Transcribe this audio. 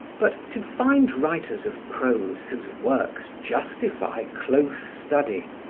but to find writers of prose whose works justify close study,